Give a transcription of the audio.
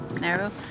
narrow